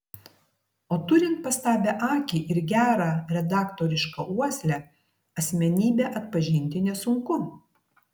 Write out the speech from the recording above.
o turint pastabią akį ir gerą redaktorišką uoslę asmenybę atpažinti nesunku